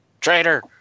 Traitor